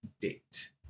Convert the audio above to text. date